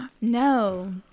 No